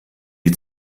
die